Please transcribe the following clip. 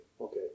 okay